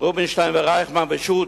רובינשטיין ורייכמן ושות',